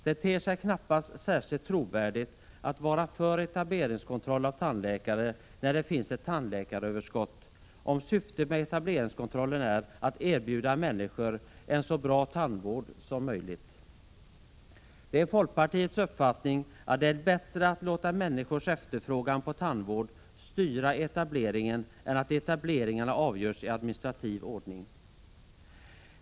Det ter sig knappast särskilt trovärdigt att vara för etableringskontroll av tandläkare, när det finns ett tandläkaröverskott, om syftet med etableringskontrollen är att erbjuda människor en så bra tandvård som möjligt. Det är folkpartiets uppfattning att det är bättre att låta människors efterfrågan på tandvård styra etableringen än att etableringarna avgörs i administrativ ordning.